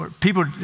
people